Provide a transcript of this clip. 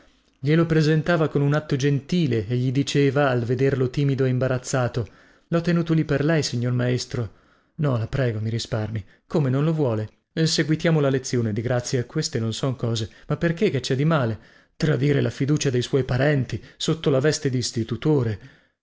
glielo presentava con un atto gentile e gli diceva al vederlo timido e imbarazzato lho tenuto lì per lei signor maestro no la prego mi risparmi come non lo vuole seguitiamo la lezione di grazia queste non son cose ma perchè che cè di male tradire la fiducia dei suoi parenti sotto la veste di istitutore